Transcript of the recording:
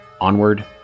Onward